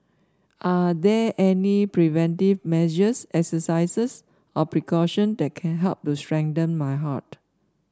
are there any preventive measures exercises or precaution that can help to strengthen my heart